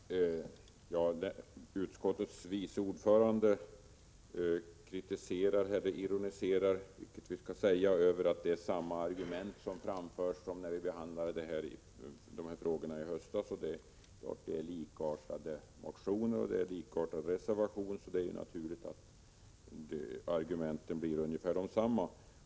Herr talman! Utskottets vice ordförande ironiserar över att det är samma argument som framförs som när vi behandlade de här frågorna i höstas. Men det är likartade motioner och likartade reservationer, så det är naturligt att argumenten blir ungefär desamma.